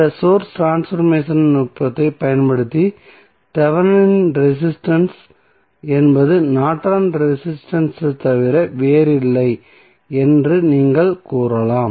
இந்த source transformation நுட்பத்தைப் பயன்படுத்தி தெவெனின் ரெசிஸ்டன்ஸ் என்பது நார்டன்ஸ் ரெசிஸ்டன்ஸ் ஐத் தவிர வேறில்லை என்று நீங்கள் கூறலாம்